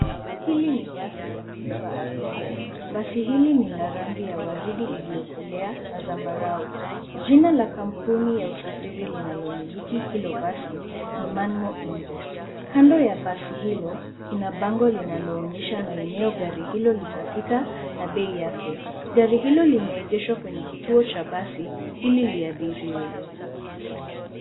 Hili ni basi la kubeba abiria. Basi hili ni la rangi ya waridi iliyokolea na zambarau. Jina la kampuni ya usafiri linalomiliki hilo basi, ni MANMO INVEST.Kando ya basi hilo, kuna bango linaloonyesha maeneo gari hilo litafika na bei yake. Gari hilo lemeegeshwa kwenye kituo cha basi, ili liabiriwe.